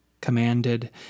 commanded